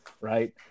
right